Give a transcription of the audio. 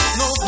no